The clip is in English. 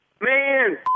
Man